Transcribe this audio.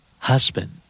Husband